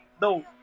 No